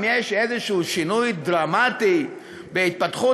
אם שיש איזשהו שינוי דרמטי בהתפתחות